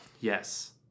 Yes